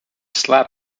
slab